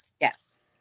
Yes